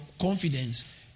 confidence